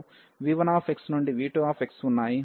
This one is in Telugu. కాబట్టి y దిశలో v1x నుండి v2xఉన్నాయి